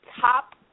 top